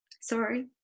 Sorry